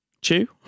chew